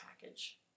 package